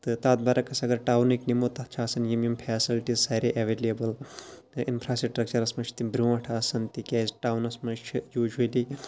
تہٕ تَتھ بَرعکس اگر ٹاونٕکۍ نِمو تَتھ چھِ آسان یِم یِم پھیسَلٹیٖز سارے ایویلیبٕل تہٕ اِنفراسٹرکچَرَس مَنٛز چھِ تِم برونٛٹھ آسان تِکیازِ ٹاونَس مَنٛز چھِ یوٗجؤلی